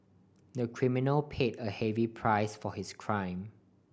the criminal paid a heavy price for his crime